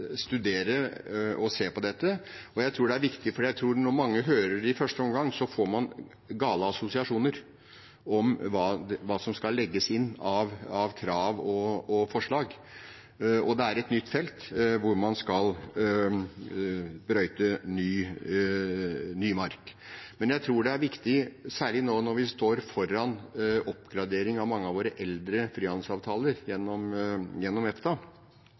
studere og se på dette. Jeg tror det er viktig, for jeg tror at når mange hører det i første omgang, får mange gale assosiasjoner om hva som skal legges inn av krav og forslag. Dette er et nytt felt, hvor man skal brøyte ny mark. Jeg tror det er viktig, særlig nå når vi står foran oppgradering av mange av våre eldre frihandelsavtaler gjennom EFTA,